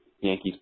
Yankees